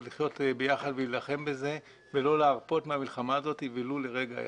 לחיות ביחד ולהילחם בזה ולא להרפות מהמלחמה הזאת ולו לרגע אחד.